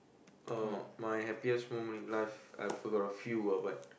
uh my happiest moment in life I've got a few ah but